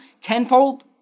tenfold